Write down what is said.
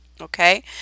okay